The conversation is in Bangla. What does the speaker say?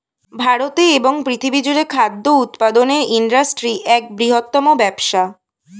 ভারতে এবং পৃথিবী জুড়ে খাদ্য উৎপাদনের ইন্ডাস্ট্রি এক বৃহত্তম ব্যবসা